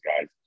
guys